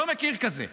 לא מכיר כזה.